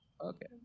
Okay